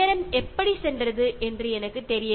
സമയം എങ്ങനെ പോയി എന്ന് അറിയില്ല